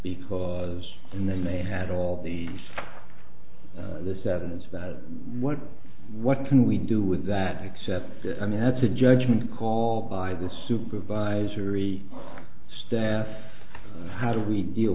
because and then they had all the this evidence that what what can we do with that except and that's a judgment call by the supervisory staff how do we deal